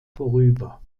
vorüber